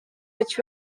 which